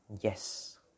yes